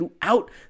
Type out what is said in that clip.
throughout